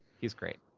he's great.